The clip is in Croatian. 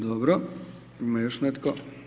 Dobro, ima još netko?